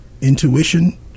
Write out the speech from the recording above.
Intuition